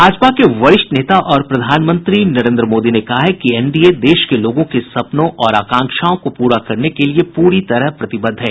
भाजपा के वरिष्ठ नेता और प्रधानमंत्री नरेंद्र मोदी ने कहा है कि एनडीए देश के लोगों के सपनों और आकांक्षाओं को पूरा करने के लिए पूरी तरह प्रतिबद्ध है